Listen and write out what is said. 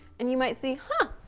and you might see huh,